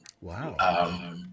Wow